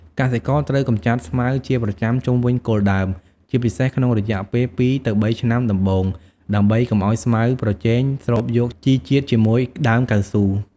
កសិករត្រូវកម្ចាត់ស្មៅជាប្រចាំជុំវិញគល់ដើម ជាពិសេសក្នុងរយៈពេល ២ ទៅ ៣ ឆ្នាំដំបូង ដើម្បីកុំឱ្យស្មៅប្រជែងស្រូបយកជីជាតិជាមួយដើមកៅស៊ូ។